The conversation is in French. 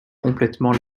complètement